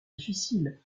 difficile